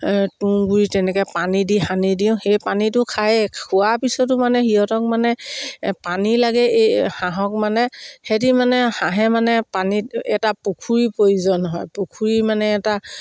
তুঁহগুৰি তেনেকৈ পানী দি সানি দিওঁ সেই পানীটো খায় খোৱাৰ পিছতো মানে সিহঁতক মানে পানী লাগে এই হাঁহক মানে সিহঁতি মানে হাঁহে মানে পানীত এটা পুখুৰী প্ৰয়োজন হয় পুখুৰী মানে এটা